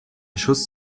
schuss